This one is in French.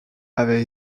avait